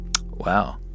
Wow